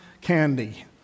candy